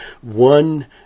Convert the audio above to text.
one